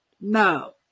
no